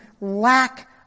lack